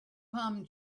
palm